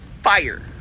fire